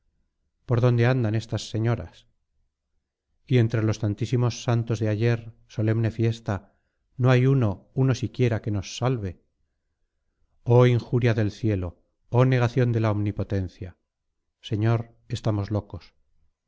por dónde andan estas señoras y entre los tantísimos santos de ayer solemne fiesta no hay uno uno siquiera que nos salve oh injuria del cielo oh negación de la omnipotencia señor estamos locos